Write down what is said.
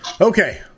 Okay